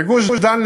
בגוש-דן,